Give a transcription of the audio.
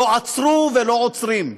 לא עצרו ולא עוצרים.